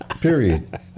Period